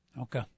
Okay